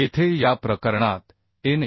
येथे या प्रकरणात एन